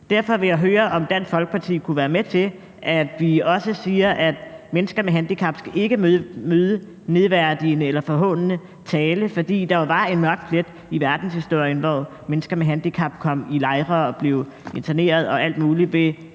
Derfor vil jeg høre, om Dansk Folkeparti kunne være med til, at vi også siger, at mennesker med handicap ikke skal møde nedværdigende eller forhånende tale, for der var jo en mørk plet i verdenshistorien, hvor mennesker med handicap kom i lejre og blev interneret og alt muligt.